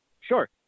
Sure